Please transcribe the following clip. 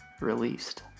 released